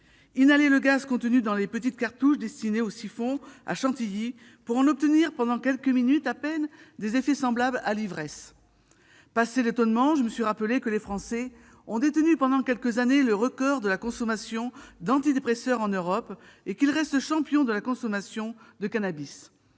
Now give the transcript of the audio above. inhaler le gaz contenu dans les petites cartouches destinées aux siphons à crème chantilly pour en obtenir, pendant quelques minutes à peine, des effets semblables à l'ivresse. Passé l'étonnement, je me suis rappelé que les Français avaient détenu pendant quelques années le record de la consommation d'antidépresseurs en Europe et qu'ils restaient champions de la consommation de cannabis.